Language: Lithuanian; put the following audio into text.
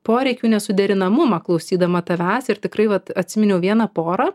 poreikių nesuderinamumą klausydama tavęs ir tikrai vat atsiminiau vieną porą